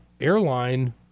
airline